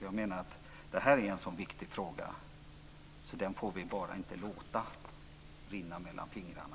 Jag menar att frågan är så viktig att den får vi bara inte längre låta rinna mellan fingrarna.